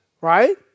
right